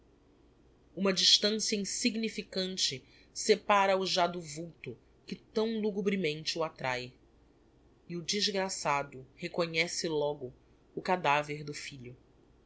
uma distancia insignificante separa o já do vulto que tão lugubremente o attrae e o desgraçado reconhece logo o cadaver do filho